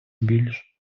більш